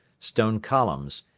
stone columns,